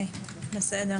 בלי רצון